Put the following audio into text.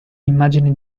immagine